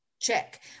check